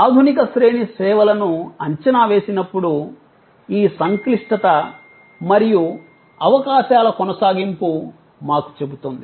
ఆధునిక శ్రేణి సేవలను అంచనా వేసినప్పుడు ఈ సంక్లిష్టత మరియు అవకాశాల కొనసాగింపు మాకు చెబుతుంది